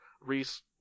Reese